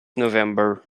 november